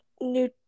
new